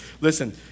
Listen